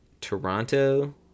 Toronto